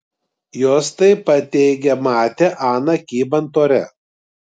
jos taip pat teigė matę aną kybant ore